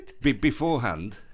Beforehand